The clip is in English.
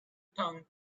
tongue